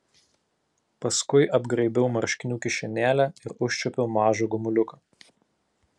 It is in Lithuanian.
paskui apgraibiau marškinių kišenėlę ir užčiuopiau mažą gumuliuką